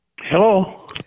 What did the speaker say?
hello